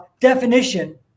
definition